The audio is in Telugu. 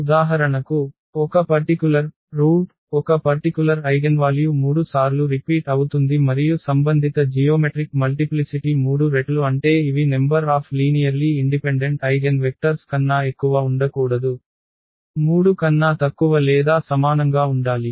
ఉదాహరణకు ఒక పర్టికులర్ రూట్ ఒక పర్టికులర్ ఐగెన్వాల్యూ 3 సార్లు రిపీట్ అవుతుంది మరియు సంబంధిత జియోమెట్రిక్ మల్టిప్లిసిటి 3 రెట్లు అంటే ఇవి number of linearly independent eigenvectors కన్నా ఎక్కువ ఉండకూడదు 3 కన్నా తక్కువ లేదా సమానంగా ఉండాలి